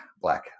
Black